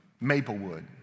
Maplewood